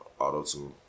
Auto-tune